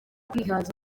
kwihaza